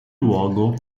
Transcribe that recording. luogo